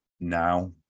now